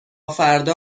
فردا